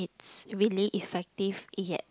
it's really effective yet